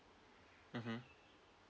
mmhmm